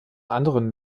anderen